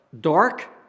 dark